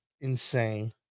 insane